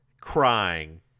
crying